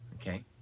Okay